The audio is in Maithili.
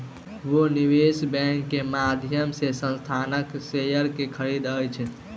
ओ निवेश बैंक के माध्यम से संस्थानक शेयर के खरीदै छथि